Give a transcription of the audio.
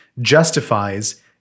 justifies